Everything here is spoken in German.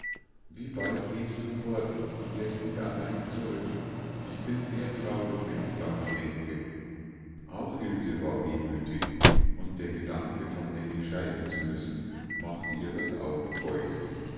wie bald gehst du fort und läßt mir allein zurück ich bin sehr traurig wenn ich daran denke auch ilse war wehmütig und der gedanke von nellie scheiden zu müssen machte ihr das auge feucht